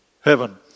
Heaven